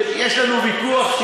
יש לנו ויכוח,